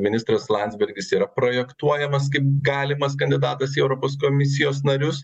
ministras landsbergis yra projektuojamas kaip galimas kandidatas į europos komisijos narius